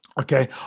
okay